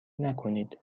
نکنید